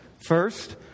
First